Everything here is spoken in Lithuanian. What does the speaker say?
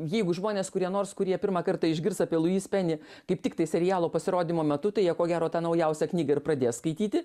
jeigu žmonės kurie nors kurie pirmą kartą išgirs apie luis peni kaip tiktai serialo pasirodymo metu tai jie ko gero tą naujausią knygą ir pradės skaityti